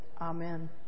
Amen